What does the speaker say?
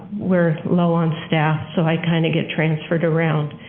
we're low on staff, so i kind of get transferred around.